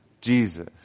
Jesus